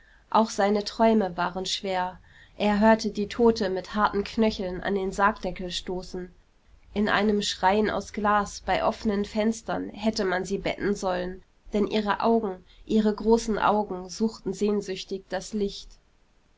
auch seine träume waren schwer er hörte die tote mit harten knöcheln an den sargdeckel stoßen in einen schrein aus glas bei offenen fenstern hätte man sie betten sollen denn ihre augen ihre großen augen suchten sehnsüchtig das licht